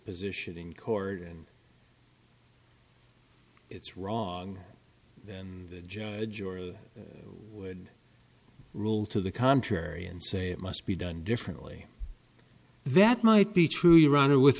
position in court and it's wrong and the judge jury would rule to the contrary and say it must be done differently that might be true rhonda with